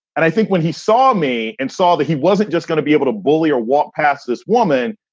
and i think when he saw me and saw that he wasn't just gonna be able to bully or walk past this woman,